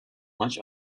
much